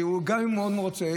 וגם אם הוא מאוד רוצה,